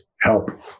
help